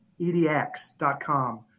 edx.com